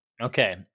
okay